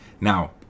Now